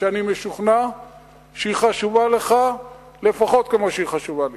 שאני משוכנע שהיא חשובה לך לפחות כמו שהיא חשובה לי,